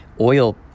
Oil